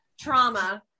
trauma